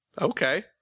Okay